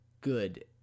good